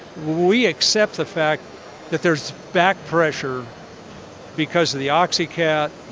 we accept the fact that there's back pressure because of the oxy cat,